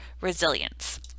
resilience